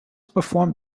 performed